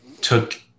took